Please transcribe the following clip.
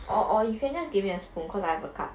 or or you can just give me a spoon because I have a cup